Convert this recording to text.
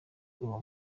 uwo